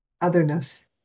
otherness